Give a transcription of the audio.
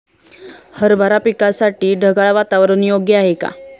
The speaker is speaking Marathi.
हरभरा पिकासाठी ढगाळ वातावरण योग्य आहे का?